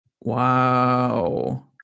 Wow